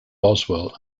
boswell